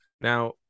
Now